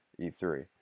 E3